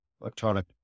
electronic